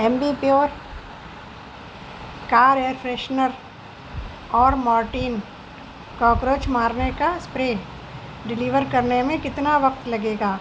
Ambi Pur car air freshener اور Mortein cockroach مارنے کا اسپرے ڈیلیور کرنے میں کتنا وقت لگے گا